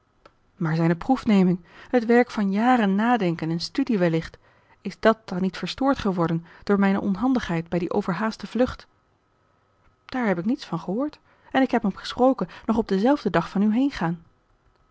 maar zijne proefneming het werk van jaren nadenken en studie wellicht is dat dan niet verstoord geworden door mijne onhandigheid bij die overhaaste vlucht daar heb ik niets van gehoord en ik heb hem gesproken nog op denzelfden dag van uw heengaan